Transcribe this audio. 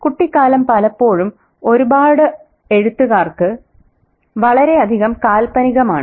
കുട്ടിക്കാലം പലപ്പോഴും ഒരുപാട് എഴുത്തുകാർ വളരെയധികം കാല്പനികമാക്കുന്നു